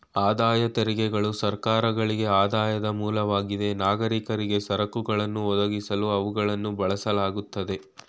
ಆದಾಯ ತೆರಿಗೆಗಳು ಸರ್ಕಾರಗಳ್ಗೆ ಆದಾಯದ ಮೂಲವಾಗಿದೆ ನಾಗರಿಕರಿಗೆ ಸರಕುಗಳನ್ನ ಒದಗಿಸಲು ಅವುಗಳನ್ನ ಬಳಸಲಾಗುತ್ತೆ